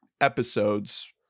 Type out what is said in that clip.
episodes